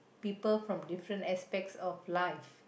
people from different aspects of life